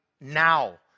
now